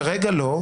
כרגע לא.